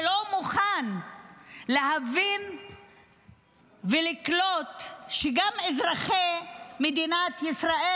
שלא מוכן להבין ולקלוט שגם לאזרחי מדינת ישראל